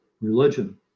religion